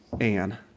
Anne